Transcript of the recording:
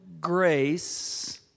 grace